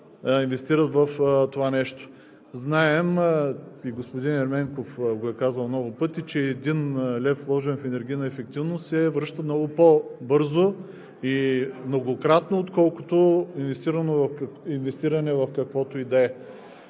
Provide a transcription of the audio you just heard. инвестират в това нещо. Знаем и господин Ерменков е казвал много пъти, че един лев, вложен в енергийната ефективност се връща много по-бързо и многократно, отколкото инвестиране в каквото и